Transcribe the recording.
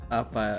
apa